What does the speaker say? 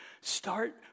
Start